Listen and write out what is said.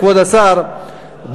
כבוד השר,